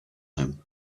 him